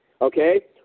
Okay